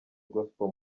gospel